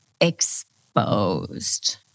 exposed